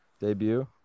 debut